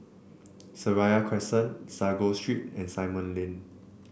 Seraya Crescent Sago Street and Simon Lane